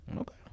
Okay